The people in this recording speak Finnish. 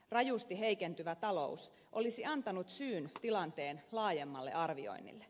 rajusti heikentyvä talous olisi antanut syyn tilanteen laajemmalle arvioinnille